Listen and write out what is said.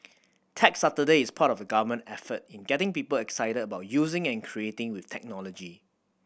Tech Saturday is part of the Government effort in getting people excited about using and creating with technology